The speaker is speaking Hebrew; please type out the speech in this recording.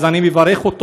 אז אני מברך אותו.